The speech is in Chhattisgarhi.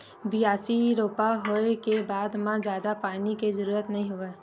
बियासी, रोपा होए के बाद म जादा पानी के जरूरत नइ होवय